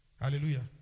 Hallelujah